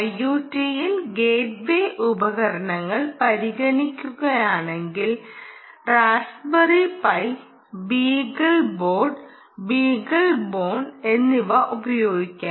IOT യിൽ gateway ഉപകരണങ്ങൾ പരിഗണിക്കുകയാണെങ്കിൽ Raspberry Pi Beagle Board Beagle Bone എന്നിവ ഉപയോഗിക്കാം